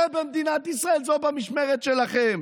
זה במדינת ישראל, זה במשמרת שלכם.